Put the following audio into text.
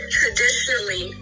traditionally